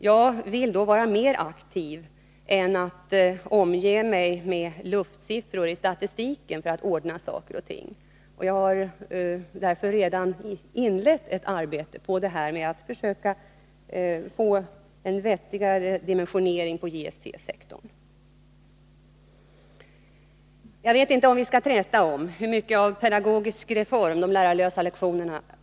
Jag vill agera på ett mera aktivt sätt än genom att omge mig med luftsiffror i statistiken för att ordna saker och ting. Jag har därför redan inlett ett arbete på att försöka få en vettigare dimensionering på JST-sektorn. Jag vet inte ifall vi skall träta om lärarlösa lektioner som en pedagogisk reform.